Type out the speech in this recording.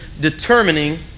determining